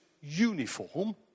uniform